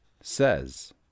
says